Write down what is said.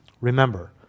Remember